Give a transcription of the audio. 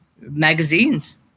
magazines